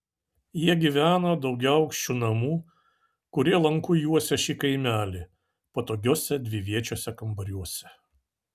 jie gyveno daugiaaukščių namų kurie lanku juosė šį kaimelį patogiuose dviviečiuose kambariuose